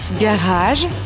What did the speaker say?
Garage